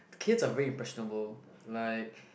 kids are really impressionable like